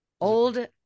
old